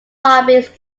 lobbies